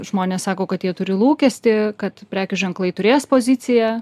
žmonės sako kad jie turi lūkestį kad prekių ženklai turės poziciją